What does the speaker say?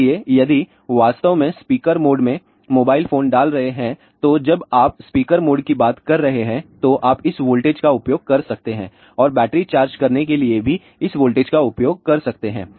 इसलिए यदि आप वास्तव में स्पीकर मोड में मोबाइल फोन डाल रहे हैं तो जब आप स्पीकर मोड की बात कर रहे हैं तो आप इस वोल्टेज का उपयोग कर सकते हैं और बैटरी चार्ज करने के लिए भी इस वोल्टेज का उपयोग कर सकते हैं